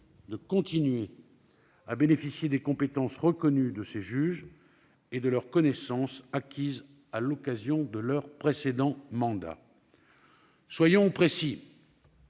continuer à bénéficier des compétences reconnues de ces juges et de leurs connaissances, acquises au cours de leurs précédents mandats. Soyons précis.